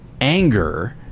anger